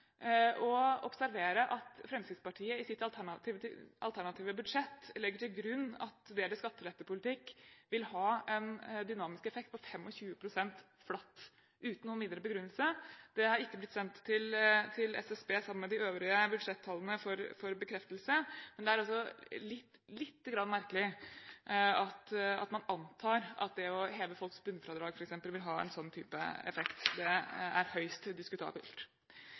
å observere at Fremskrittspartiet i sitt alternative budsjett uten noen videre begrunnelse legger til grunn at deres skattelettepolitikk vil ha en dynamisk effekt på 25 pst. – flatt. Det har ikke blitt sendt til SSB sammen med de øvrige budsjettallene for bekreftelse. Men det er også litt merkelig at man antar at det å heve folks bunnfradrag, f.eks., vil ha en sånn type effekt. Det er høyst diskutabelt.